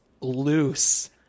loose